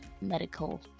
medical